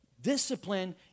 Discipline